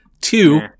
two